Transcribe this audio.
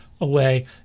away